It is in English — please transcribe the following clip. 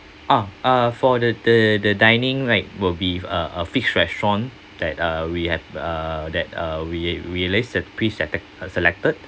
ah uh for the the the dining right will be uh uh fixed restaurant that uh we have uh that uh we we list the pre-sele~ selected